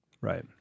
Right